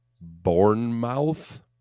Bournemouth